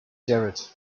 jarrett